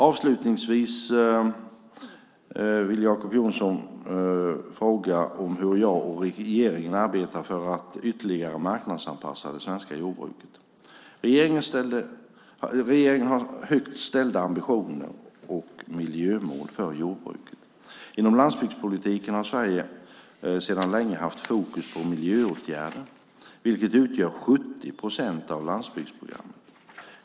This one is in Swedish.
Avslutningsvis kommer jag till Jacob Johnsons fråga om hur jag och regeringen arbetar för att ytterligare marknadsanpassa det svenska jordbruket. Regeringen har högt ställda ambitioner och miljömål för jordbruket. Inom landsbygdspolitiken har Sverige sedan länge haft fokus på miljöåtgärder, vilka utgör 70 procent av landsbygdsprogrammet.